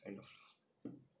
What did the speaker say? can draw